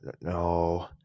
no